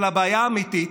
אבל הבעיה האמתית,